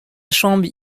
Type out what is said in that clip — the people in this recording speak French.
chambre